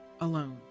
alone